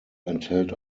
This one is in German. enthält